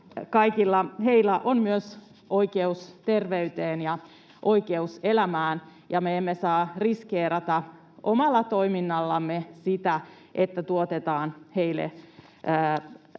heillä on myös oikeus terveyteen ja oikeus elämään, ja me emme saa riskeerata omalla toiminnallamme sitä, että tuotetaan heille